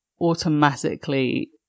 automatically